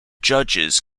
judges